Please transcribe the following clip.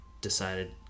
decided